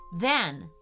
Then